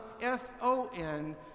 S-O-N